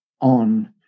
on